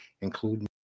including